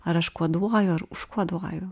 ar aš koduoju ar užkoduoju